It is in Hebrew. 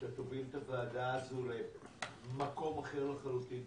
שאתה תוביל את הוועדה הזאת למקום אחר לחלוטין.